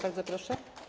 Bardzo proszę.